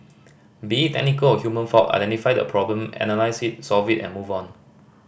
be it technical or human fault identify the problem and analyse it solve it and move on